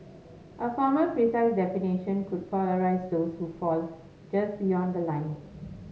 a formal precise definition could polarise those who fall just beyond the line